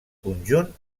conjunt